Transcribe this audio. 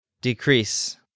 Decrease